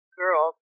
girls